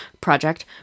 project